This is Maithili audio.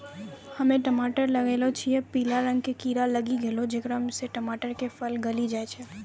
हम्मे टमाटर लगैलो छियै पीला रंग के कीड़ा लागी गैलै जेकरा से टमाटर के फल गली जाय छै?